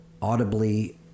audibly